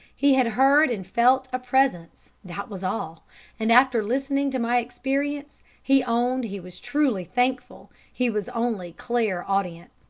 he had heard and felt a presence, that was all and after listening to my experience, he owned he was truly thankful he was only clair-audient.